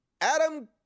Adam